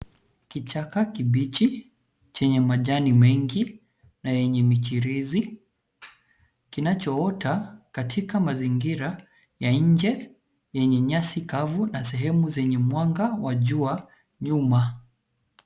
Kichaka kibichi chenye majani mengi na yenye michirizi kinachoota katika mazingira ya nje yenye nyasi kavu na sehemu zenye mwanga wa jua nyuma.